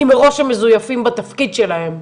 אם מראש הם מזויפים בתפקיד שלהם,